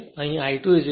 તેથી અહીં I2 8